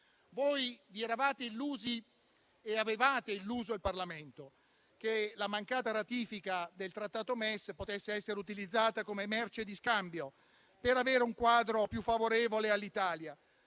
Voi vi eravate illusi e avevate illuso il Parlamento che la mancata ratifica del Trattato MES potesse essere utilizzata come merce di scambio per avere un quadro più favorevole all'Italia.